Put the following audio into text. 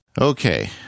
Okay